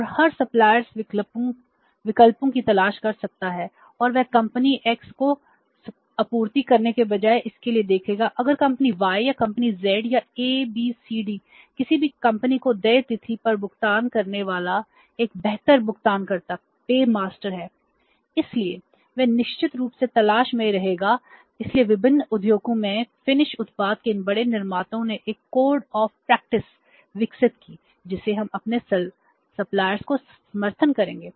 और हर सप्लायर्स का समर्थन करेंगे